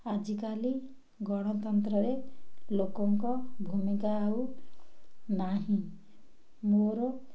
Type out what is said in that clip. ଆଜିକାଲି ଗଣତନ୍ତ୍ରରେ ଲୋକଙ୍କ ଭୂମିକା ଆଉ ନାହିଁ ମୋର